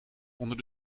onder